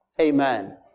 Amen